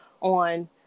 on